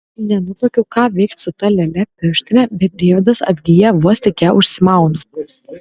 nenutuokiu ką veikti su ta lėle pirštine bet deividas atgyja vos tik ją užsimaunu